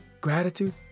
Gratitude